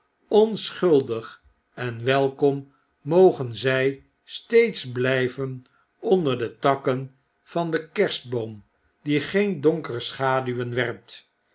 onschuldig en welkom mogen zij steeds blyven onder de takken van den kerstboom die geen donkere schaduwen werpt